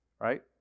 right